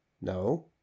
No